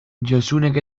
josunek